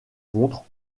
contre